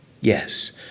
Yes